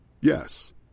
Yes